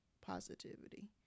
positivity